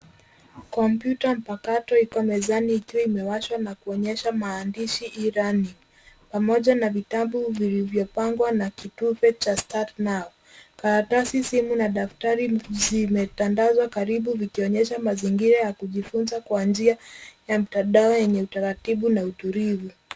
Kompyuta mpakato iko mezani ikiwa imewashwa na kuonyesha maandishi e-learning pamoja na vitabu vilivyopangwa na kitufe cha start now . Karatasi, simu na daftari zimetandazwa karibu ikionyesha mazingira ya kujifunza kwa njia ya mtandao yenye utaratibu na utulivu.